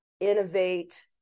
innovate